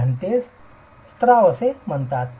घटनेस स्त्राव असे म्हणतात